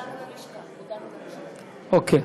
אוקיי.